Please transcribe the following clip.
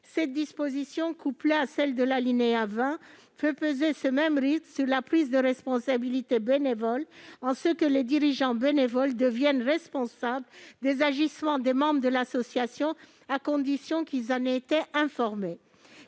de l'alinéa 15, couplée à celle de l'alinéa 20, fait peser ce même risque sur la prise de responsabilité bénévole, en ce que les dirigeants bénévoles deviennent responsables des agissements des membres de l'association, à condition qu'ils en aient été « informés